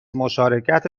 مشارکت